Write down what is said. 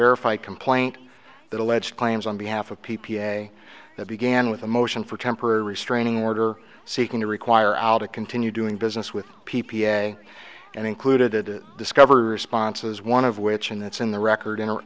verify complaint that alleged claims on behalf of p p a that began with a motion for temporary restraining order seeking to require out a continue doing business with p p a and included discover sponsors one of which and that's in the record in